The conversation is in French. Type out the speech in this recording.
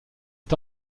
est